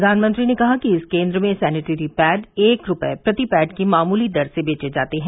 प्रधानमंत्री ने कहा कि इस केंद्र में सैनिटरी पैड एक रुपये प्रति पैड की मामूली दर से बेचे जाते हैं